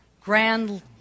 grand